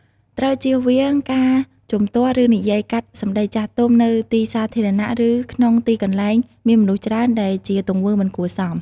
ត្រូវជៀសវាងការជំទាស់ ឬនិយាយកាត់សម្ដីចាស់ទុំនៅទីសាធារណៈ ឬក្នុងទីកន្លែងមានមនុស្សច្រើន ដែលជាទង្វើមិនគួរសម។